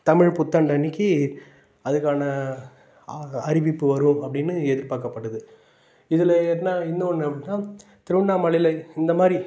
தமிழ் புத்தாண்டு அன்னைக்கு அதுக்கான அ அறிவிப்பு வரும் அப்படின்னு எதிர்பாக்கப்படுது இதில் என்ன இன்னொன்று அப்படின்னா திருவண்ணாமலையில் இந்தமாதிரி